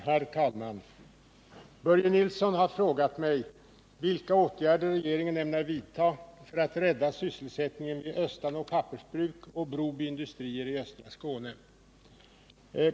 Herr talman! Börje Nilsson har frågat mig vilka åtgärder regeringen ämnar vidta för att rädda sysselsättningen vid Östanå Pappersbruk och Broby Industrier i östra Skåne.